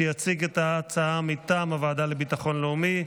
שיציג את ההצעה מטעם הוועדה לביטחון לאומי.